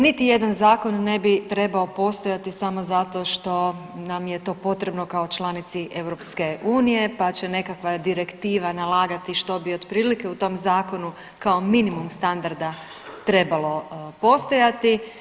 Niti jedan zakon ne bi trebao postojati samo zato što nam je to potrebno kao članici EU, pa će nekakva direktiva nalagati što bi otprilike u tom zakonu kao minimum standarda trebalo postojati.